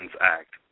Act